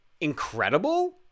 incredible